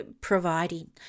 providing